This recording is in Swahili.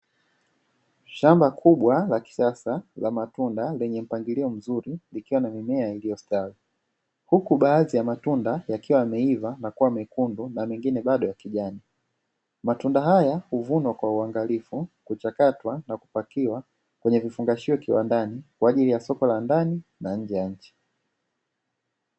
Shamba kubwa la kisasa la matunda lenye mpangilio mzuri likiwa na mimea iliyostawi, huku baadhi ya matunda yakiwa yameiva na kuwa mekundu na mengine bado ya kijani. Matunda haya huvunwa kwa uangalifu, kuchakatwa na kupakiwa kwenye vifungashio kiwandani kwa ajili ya soko la ndani na nje ya nchi.